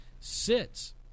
sits